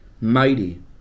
mighty